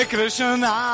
Krishna